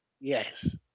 Yes